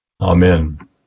Amen